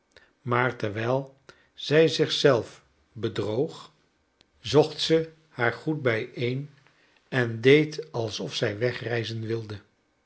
maar terwijl zij zich zelf bedroog zocht ze haar goed bijeen en deed alsof zij wegreizen wilde